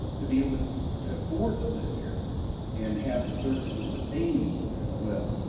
to be able to to afford to live here and have the services that they need as well.